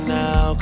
now